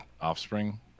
offspring